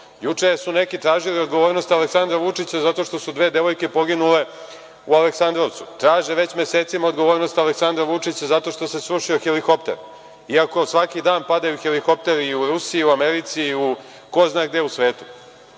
Juče su neki tražili odgovornost Aleksandra Vučića zato što su dve devojke poginule u Aleksandrovcu. Traže već mesecima odgovornost Aleksandra Vučića zato što se srušio helikopter, iako svaki dan padaju helikopteri i u Rusiji i u Americi i ko zna gde u svetu. Dakle,